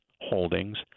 Holdings